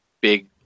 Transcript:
big